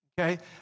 Okay